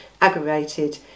aggravated